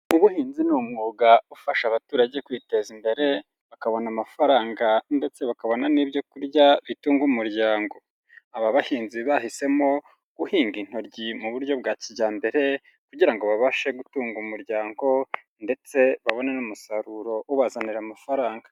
Ubuhinzi ni umwuga ufasha abaturage kwiteza imbere bakabona amafaranga ndetse bakabona n'ibyo kurya bitunga umuryango. Aba bahinzi bahisemo guhinga intoryi mu buryo bwa kijyambere kugira ngo babashe gutunga umuryango ndetse babone n'umusaruro ubazanira amafaranga.